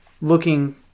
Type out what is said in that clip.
looking